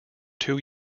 two